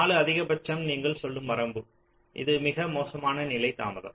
4 அதிகபட்சம் நீங்கள் சொல்லும் வரம்பு இது மிக மோசமான நிலை தாமதம்